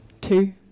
two